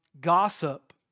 gossip